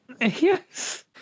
Yes